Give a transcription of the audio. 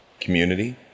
community